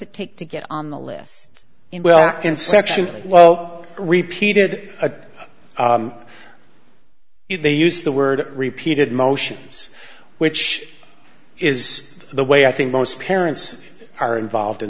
it take to get on the list in well in section well repeated a if they use the word repeated motions which is the way i think most parents are involved in